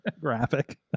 Graphic